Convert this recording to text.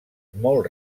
molt